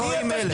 לא עם אלה,